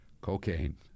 Cocaine